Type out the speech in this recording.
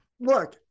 look